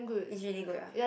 it's really good ah